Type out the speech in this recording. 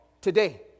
today